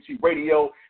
Radio